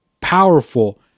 powerful